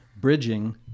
Bridging